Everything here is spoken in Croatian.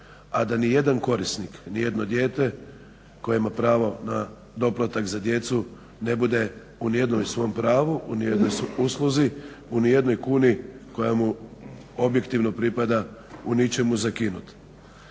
a da nijedan korisnik, nijedno dijete koje ima pravo na doplatak za djecu ne bude u nijednom svom pravu, u nijednoj usluzi, u nijednoj kuni koja mu objektivno pripada, u ničemu zakinut.